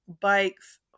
bikes